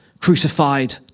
crucified